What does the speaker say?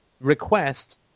request